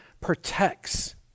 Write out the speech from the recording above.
protects